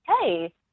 hey